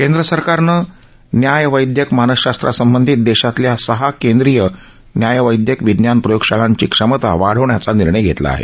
केंद्रसरकारनं न्याय वैद्यक मानसशास्त्रासंबंधित देशातल्या सहा केंद्रीय न्याय वैद्यक विज्ञान प्रयोग शाळांची क्षमता वाढवण्याचा निर्णय घेतला आहे